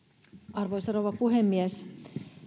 arvoisa rouva puhemies